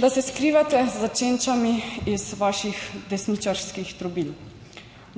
da se skrivate za čenčami iz vaših desničarskih trobil,